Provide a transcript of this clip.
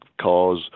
cars